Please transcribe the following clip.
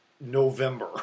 November